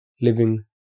living